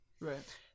Right